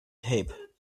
tape